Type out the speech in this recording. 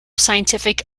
scientific